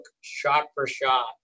shot-for-shot